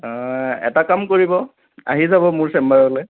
অ এটা কাম কৰিব আহি যাব মোৰ চেম্বাৰলৈ